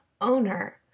owner